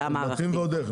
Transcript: מתאים ועוד איך.